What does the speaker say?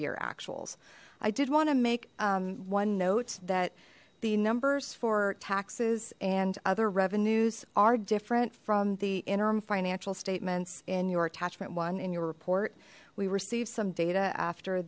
year actuals i did want to make one note that the numbers for taxes and other revenues are different from the interim financial statements in your attachment one in your report we received some data after